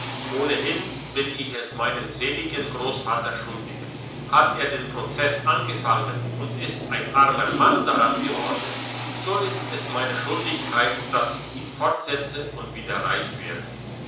ohnehin bin ich es meinem seligen grossvater schuldig hat er den prozess angefangen und ist ein armer mann daran geworden so ist es meine schuldigkeit dass ich ihn fortsetze und wieder reich werde